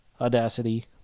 audacity